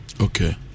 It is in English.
Okay